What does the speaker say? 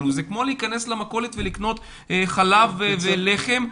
זה כמו להכנס למכולת ולקנות חלב ולחם.